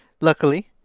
luckily